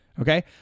okay